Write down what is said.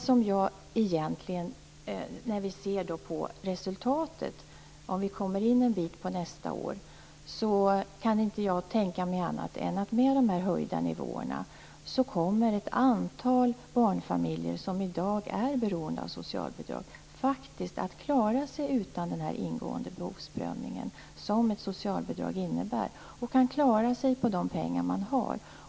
Men när vi ser på resultatet en bit in på nästa år kan jag inte tänka mig annat än att ett antal barnfamiljer, som i dag är beroende av socialbidrag, med de höjda nivåerna faktiskt kommer att klara sig utan den ingående behovsprövningen som ett socialbidrag innebär. De kommer att klara sig på de pengar de har.